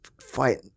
fight